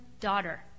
daughter